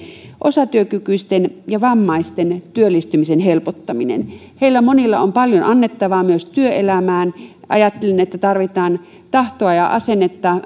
osatyökykyisten ja vammaisten työllistymisen helpottaminen heillä on monilla paljon annettavaa myös työelämään kun ajattelen että tarvitaan tahtoa ja asennetta